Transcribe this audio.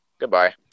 Goodbye